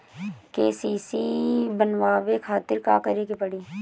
KCC बनवावे खातिर का करे के पड़ी?